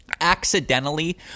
accidentally